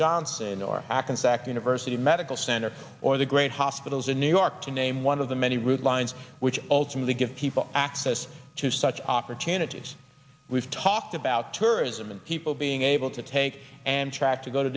johnson or akron sac university medical center or the great hospitals in new york to name one of the many rude lines which ultimately give people access to such opportunities we've talked about tourism and people being able to take and track to go to